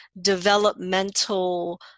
developmental